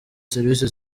serivisi